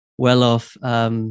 well-off